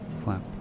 flap